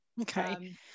Okay